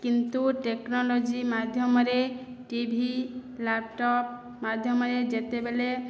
କିନ୍ତୁ ଟେକ୍ନୋଲୋଜି ମାଧ୍ୟମରେ TV laptop ମାଧ୍ୟମରେ ଯେତେବେଳେ